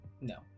No